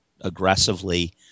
aggressively